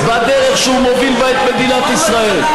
בדרך שהוא מוביל בה את מדינת ישראל.